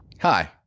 Hi